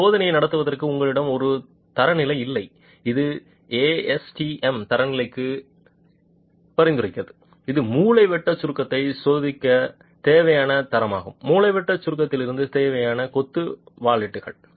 இந்த சோதனையை நடத்துவதற்கு உங்களிடம் ஒரு தரநிலை இல்லை இது ஏஎஸ்டிஎம் தரநிலைக்கு உணவளிக்கிறது இது மூலைவிட்ட சுருக்கத்தை சோதிக்கத் தேவையான தரமாகும் மூலைவிட்ட சுருக்கத்திலேயே சோதனை கொத்து வல்லேட்கள்